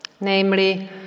namely